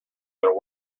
their